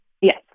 Yes